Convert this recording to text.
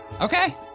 Okay